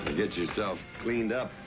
get yourself cleaned up.